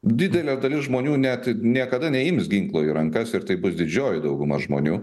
didelė dalis žmonių net niekada neims ginklo į rankas ir tai bus didžioji dauguma žmonių